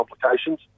complications